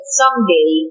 someday